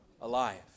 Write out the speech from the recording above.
alive